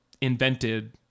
invented